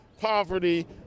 poverty